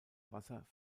wasser